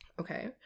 okay